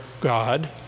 God